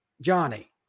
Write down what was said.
Johnny